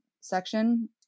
section